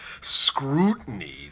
scrutiny